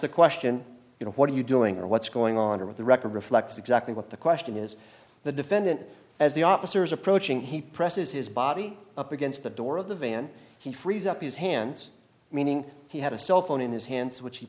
the question you know what are you doing or what's going on or what the record reflects exactly what the question is the defendant as the officer is approaching he presses his body up against the door of the van he frees up his hands meaning he had a cell phone in his hands which he